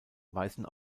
weisen